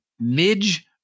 Midge